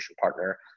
partner